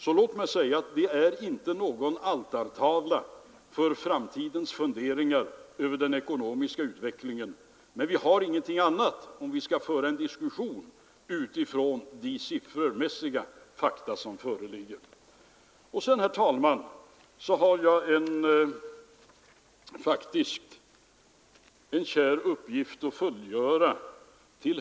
Så låt mig säga att detta inte är någon altartavla för framtidens funderingar över den ekonomiska utvecklingen. Men vi har ingenting annat att hålla oss till om vi skall föra en diskussion utifrån de siffermässiga fakta som föreligger. Sedan, herr talman, har jag en kär uppgift att fullgöra.